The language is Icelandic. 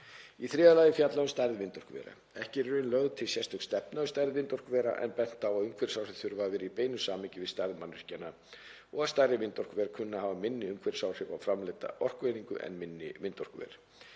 Í þriðja lagi er fjallað um stærð vindorkuvera. Ekki er í raun lögð til sérstök stefna um stærð vindorkuvera en bent á að umhverfisáhrif þurfi að vera í beinu samhengi við stærð mannvirkjanna og að stærri vindorkuver kunni að hafa minni umhverfisáhrif á framleidda orkueiningu en minni vindorkuver.